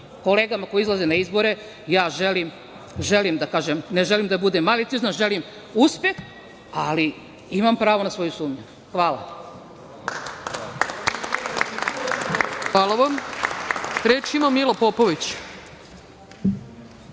Kolegama koji izlaze na izbore, ja želim da kažem, ne želim da budem maliciozna, želim uspeh, ali imam pravo na svoju sumnju. Hvala. **Ana Brnabić** Hvala vam. Reč ima Mila Popović.